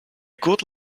good